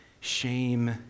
shame